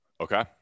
Okay